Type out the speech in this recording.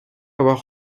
avoir